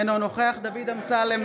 אינו נוכח דוד אמסלם,